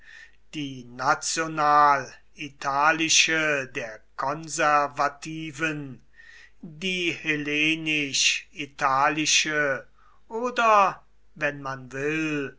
die national italische der konservativen die hellenisch italische oder wenn man will